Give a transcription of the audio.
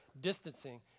distancing